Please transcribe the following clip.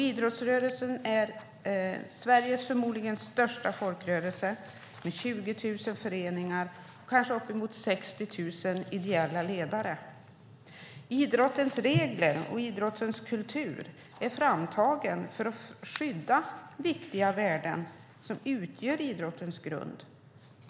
Idrottsrörelsen är Sveriges förmodligen största folkrörelse med 20 000 föreningar och uppemot 60 000 ideella ledare. Idrottens regler och idrottens kultur är framtagna för att skydda viktiga värden som utgör idrottens grund.